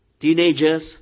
teenagers